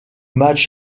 match